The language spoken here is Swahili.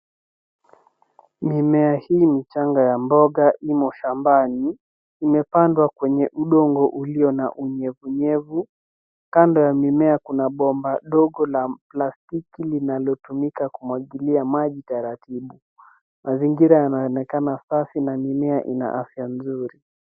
Mimea hii michanga ya mboga imo shambani, imepandwa kwenye udongo ulio na unyevunyevu. Kando ya mimea kuna bomba dogo la plastiki linalotumika kumwagilia maji taratibu. Mazingira yanaonekana safi na mimea ina afya nzuri.